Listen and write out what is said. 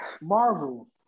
Marvel